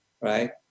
right